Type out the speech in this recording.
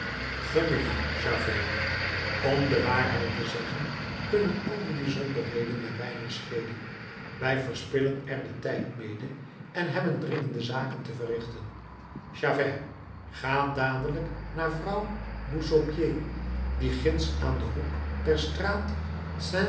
genoeg javert om de waarheid te zeggen kunnen al die bijzonderheden mij weinig schelen wij verspillen er den tijd mede en hebben dringende zaken te verrichten javert ga dadelijk naar vrouw buseaupied die ginds aan den hoek der straat